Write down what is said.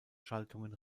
schaltungen